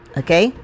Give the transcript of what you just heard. okay